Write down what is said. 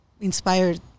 inspired